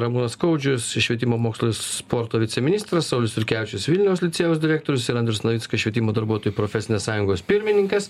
ramūnas skaudžius švietimo mokslo ir sporto viceministras saulius jurkevičius vilniaus licėjaus direktorius andrius navickas švietimo darbuotojų profesinės sąjungos pirmininkas